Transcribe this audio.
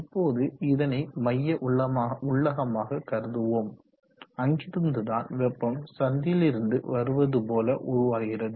இப்போது இதனை மைய உள்ளகமாக கருதுவோம் அங்கிருந்துதான் வெப்பம் சந்தியிலிருந்து வருவது போல உருவாகிறது